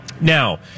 Now